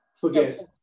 forget